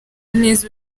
neza